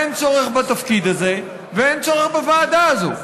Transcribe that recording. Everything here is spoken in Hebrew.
אין צורך בתפקיד הזה ואין צורך בוועדה הזו.